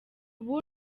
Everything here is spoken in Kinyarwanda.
ubu